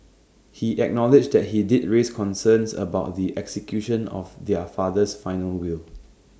he acknowledged that he did raise concerns about the execution of their father's final will